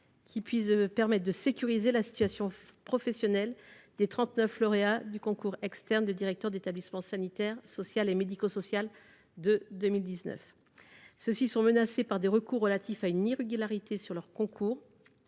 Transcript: qui permette de sécuriser la situation professionnelle des trente neuf lauréats du concours externe de directeur d’établissement sanitaire, social et médico social de 2019. Ceux ci sont menacés par des recours relatifs à une irrégularité sur leur concours